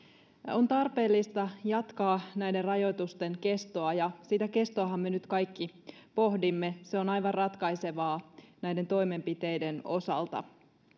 on tarpeellista jatkaa näiden rajoitusten kestoa ja sitä kestoahan me nyt kaikki pohdimme se on aivan ratkaisevaa näiden toimenpiteiden osalta